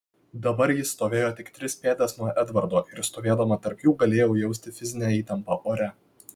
dabar jis stovėjo tik tris pėdas nuo edvardo ir stovėdama tarp jų galėjau jausti fizinę įtampą ore